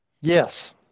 Yes